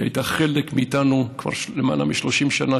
שהיא חלק מאיתנו כבר למעלה מ-30 שנה,